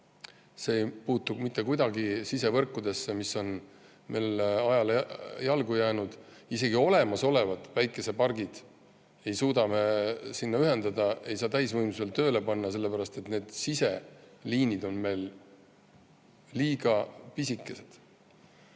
ei puutu mitte kuidagi sisevõrkudesse, mis on meil ajale jalgu jäänud. Isegi olemasolevaid päikeseparke ei suuda me sinna ühendada, neid ei saa täisvõimsusel tööle panna, sellepärast et siseliinid on meil liiga pisikesed.